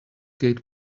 gate